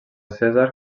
cèsar